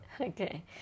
Okay